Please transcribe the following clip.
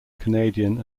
canadian